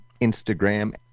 Instagram